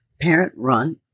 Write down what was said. parent-run